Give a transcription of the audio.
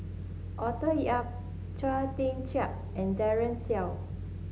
Arthur Yap Chia Tee Chiak and Daren Shiau